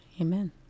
Amen